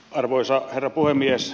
arvoisa herra puhemies